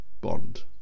Bond